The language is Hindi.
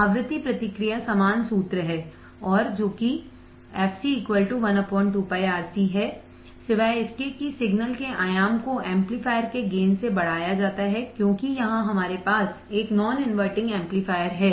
आवृत्ति प्रतिक्रिया समान सूत्र है और fc 1 2 πRC सिवाय इसके कि सिग्नल के आयाम को एम्पलीफायर के गेन से बढ़ाया जाता है क्योंकि यहां हमारे पास एक नॉन इनवर्टिंग एम्पलीफायर है